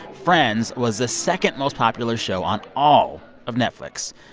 friends was the second-most popular show on all of netflix.